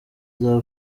izaba